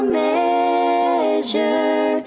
measure